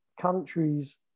countries